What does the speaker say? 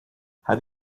have